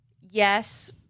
yes